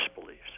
beliefs